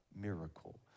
miracle